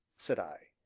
said i.